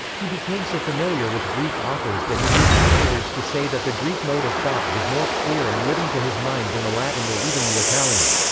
he became so familiar with greek authors that he used afterwards to say that the greek mode of thought was more clear and living to his mind than the latin or even the italian.